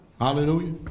Hallelujah